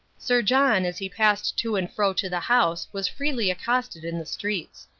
sir john as he passed to and fro to the house was freely accosted in the streets.